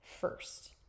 first